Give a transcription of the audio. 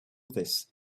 this